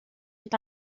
est